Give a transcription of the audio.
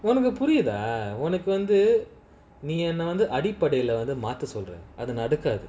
உனக்குபுரியுதாஉனக்குவந்துநீஎன்னவந்துஅடிப்படையிலவந்துமாத்தசொல்றஅதுநடக்காது:unaku puriutha nee enna vandhu adipadaila matha solra adhu nadakathu